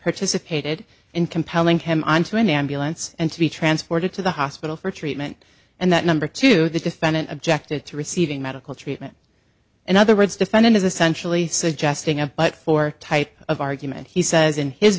participated in compelling him on to an ambulance and to be transported to the hospital for treatment and that number two the defendant objected to receiving medical treatment in other words defendant is essentially suggesting a but for type of argument he says in his